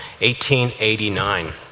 1889